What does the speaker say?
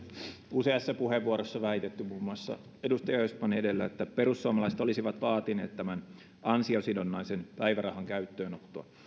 useassa puheenvuorossa väitetty muun muassa edustaja östman edellä että perussuomalaiset olisivat vaatineet ansiosidonnaisen päivärahan käyttöönottoa